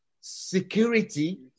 security